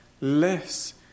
less